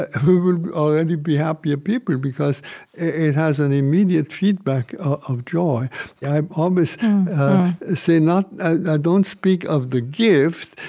ah will already be happier people, because it has an immediate feedback of joy i always say, not ah i don't speak of the gift,